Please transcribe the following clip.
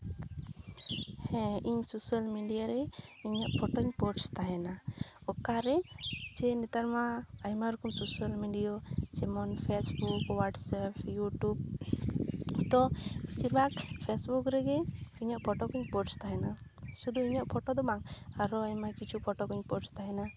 ᱦᱮᱸ ᱤᱧ social media ᱨᱮ ᱤᱧᱟᱹᱜ ᱯᱷᱚᱴᱳᱧ ᱯᱳᱥᱴ ᱛᱟᱦᱮᱱᱟ ᱚᱠᱟᱨᱮ ᱪᱷᱤ ᱱᱮᱛᱟᱨ ᱢᱟ ᱟᱭᱢᱟ ᱨᱚᱠᱚᱢ ᱥᱳᱥᱟᱞ ᱢᱤᱰᱤᱭᱟ ᱡᱮᱢᱚᱱ ᱯᱷᱮᱥᱵᱩᱠ ᱦᱳᱣᱟᱴᱥᱚᱯ ᱤᱭᱩᱴᱤᱵ ᱨᱮᱫᱚ ᱵᱤᱥᱤᱨ ᱵᱷᱟᱜᱽ ᱯᱷᱮᱥᱵᱩᱠ ᱨᱮᱜᱮ ᱤᱧᱟᱹᱜ ᱯᱷᱚᱴᱳ ᱠᱩᱧ ᱯᱳᱥᱴ ᱛᱟᱦᱮᱱᱟ ᱥᱩᱫᱩ ᱤᱧᱟᱹᱜ ᱯᱷᱚᱴᱳ ᱫᱚ ᱵᱟᱝ ᱟᱨᱚ ᱟᱭᱢᱟ ᱠᱤᱪᱷᱩ ᱯᱷᱚᱴᱳ ᱠᱩᱧ ᱯᱳᱥᱴ ᱛᱟᱦᱮᱱᱟ